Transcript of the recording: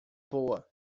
boa